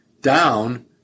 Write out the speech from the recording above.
down